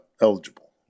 eligible